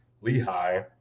Lehigh